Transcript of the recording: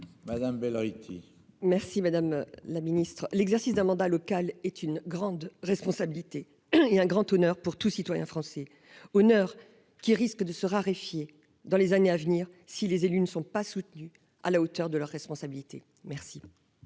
Madame belle Haïti. Merci, madame la Ministre, l'exercice d'un mandat local est une grande responsabilité et un grand honneur pour tout citoyen français honneur qui risquent de se raréfier dans les années à venir. Si les élus ne sont pas soutenues à la hauteur de leurs responsabilités. Merci.